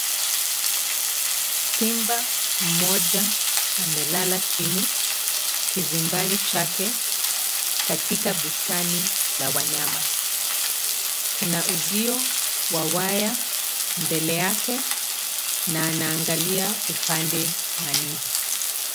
Simba mmoja amelala chini kizimbani chake katika bustani la wanyama. Kuna uzio wa waya mbele yake na anaangalia upande wa nje.